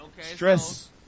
Stress